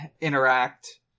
interact